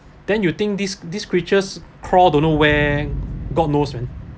then you think these these creatures crawl don't know where god knows man